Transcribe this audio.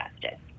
justice